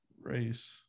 race